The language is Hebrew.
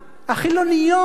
החילוניות,